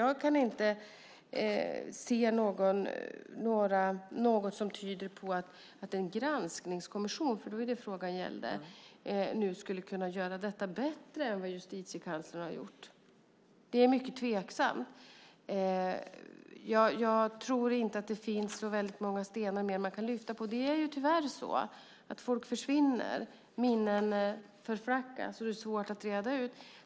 Jag kan inte se något som tyder på att en granskningskommission - det var det som frågan gällde - nu skulle kunna göra detta bättre än vad Justitiekanslern har gjort. Det är mycket tveksamt. Jag tror inte att det finns så väldigt många fler stenar som man kan lyfta på. Det är tyvärr så att folk försvinner, minnen förflackas, och det är svårt att reda ut.